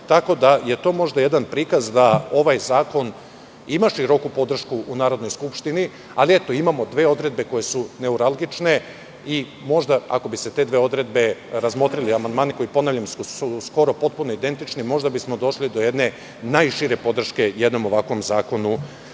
tako da je to možda jedan prikaz da ovaj zakon ima široku podršku u Narodnoj skupštini. Eto, imamo dve odredbe koje su neuralgične i možda ako bi se te dve odredbe razmotrile, ponavljam, amandmani su potpuno identični, možda bismo došli do jedne najširije podrške jednog ovakvom zakonu